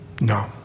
No